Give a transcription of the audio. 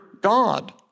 God